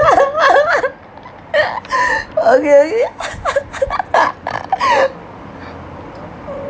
okay okay